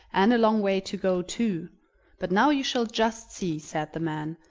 and a long way to go, too but now you shall just see! said the man,